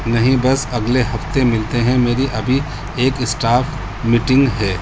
نہیں بس اگلے ہفتے ملتے ہیں میری ابھی ایک اسٹاف میٹنگ ہے